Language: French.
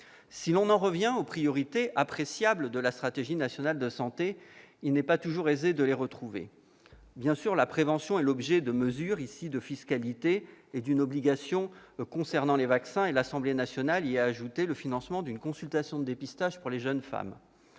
Si l'on revient aux priorités, appréciables, de la stratégie nationale de santé, force est de constater qu'il n'est pas toujours aisé de les retrouver dans ce texte. La prévention est l'objet de mesures de fiscalité et d'une obligation concernant les vaccins ; l'Assemblée nationale y a ajouté le financement d'une consultation de dépistage pour les jeunes femmes.